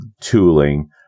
tooling